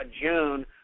June